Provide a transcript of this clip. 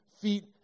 feet